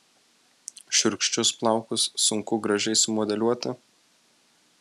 šiurkščius plaukus sunku gražiai sumodeliuoti